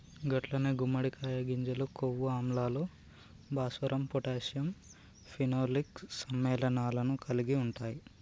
గట్లనే గుమ్మడికాయ గింజలు కొవ్వు ఆమ్లాలు, భాస్వరం పొటాషియం ఫినోలిక్ సమ్మెళనాలను కలిగి ఉంటాయి